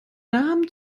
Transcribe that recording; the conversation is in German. namen